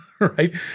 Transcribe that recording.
right